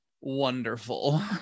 wonderful